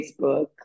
Facebook